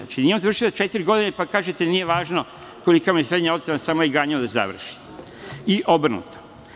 Znači, nije on završio za četiri godine, pa kažete - nije važno kolika mu je srednja ocena, samo je ganjao da završi, i obrnuto.